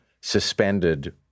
suspended